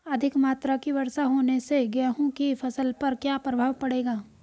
अधिक मात्रा की वर्षा होने से गेहूँ की फसल पर क्या प्रभाव पड़ेगा?